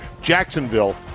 Jacksonville